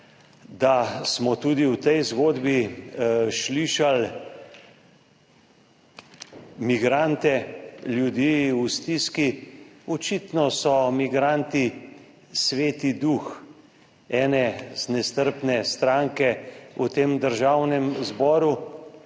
da smo tudi v tej zgodbi slišali o migrantih, ljudeh v stiski. Očitno so migranti sveti duh ene nestrpne stranke v tem državnem zboru.